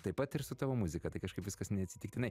taip pat ir su tavo muzika tai kažkaip viskas neatsitiktinai